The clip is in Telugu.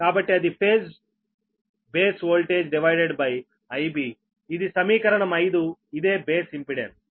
కాబట్టి అది phase base voltage divided by IBఇది సమీకరణం 5ఇదే బేస్ ఇంపెడెన్స్